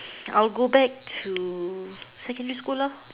I'll go back to secondary school lah